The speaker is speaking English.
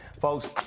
Folks